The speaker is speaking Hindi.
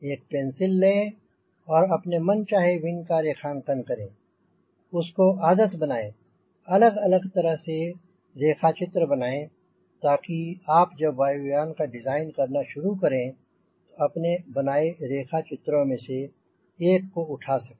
एक पेंसिल लें और अपने मनचाहे विंग का रेखांँकन करें उसको आदत बनाएंँ अलग अलग तरह से रेखाचित्र बनाएंँ ताकि आप जब वायुयान का डिज़ाइन करना शुरू करें तो अपने बनाए रेखा चित्रों में से एक को उठा सकें